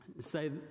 say